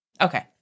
Okay